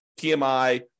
PMI